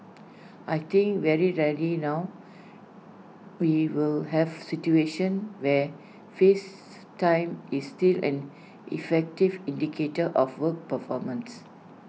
I think very rarely now we will have situations where face time is still an effective indicator of work performance